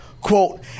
Quote